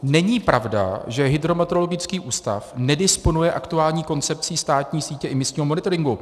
Není pravda, že hydrometeorologický ústav nedisponuje aktuální koncepcí státní sítě imisního monitoringu.